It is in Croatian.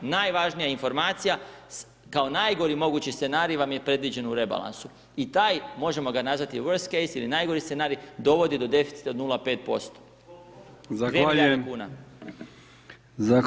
Najvažnija informacija, kao najgori mogući scenarij, vam je predviđen u rebalansu, i taj, možemo ga nazvati worst case ili najgori scenarij, dovodi do deficita od 0,5%